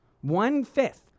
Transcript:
one-fifth